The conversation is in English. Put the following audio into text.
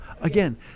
again